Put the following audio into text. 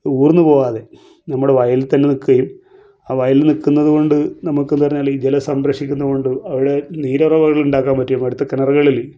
ഊർന്ന് പോകാതെ നമ്മുടെ വയലിൽ തന്നെ നിൽക്കുന്നത് കൊണ്ട് നമുക്കെന്ന് പറഞ്ഞാൽ ഈ ജലം സംരക്ഷിക്കുന്നത് കൊണ്ട് അവിടെ നീരുറവകൾ ഉണ്ടാക്കാൻ പറ്റും അടുത്ത കിണറുകളിൽ